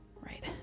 Right